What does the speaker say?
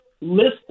list